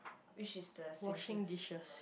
which is the simplest